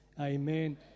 Amen